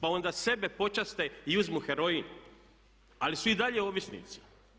Pa onda sebe počaste i uzmu heroin, ali su i dalje ovisnici.